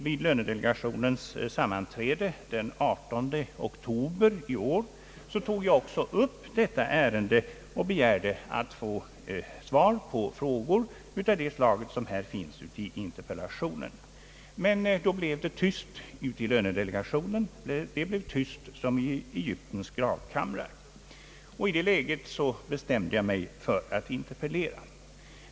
Vid lönedelegationens sammanträde den 18 oktober i år tog jag upp detta ärende och begärde att få svar på frågor av det slag som finns i interpellationen. Men då blev det tyst i lönedelegationen. Det blev tyst som i Egyptens gravkamrar. I det läget bestämde jag mig för att interpellera.